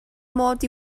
mod